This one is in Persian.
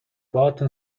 باهاتون